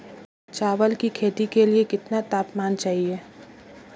चावल की खेती के लिए कितना तापमान चाहिए?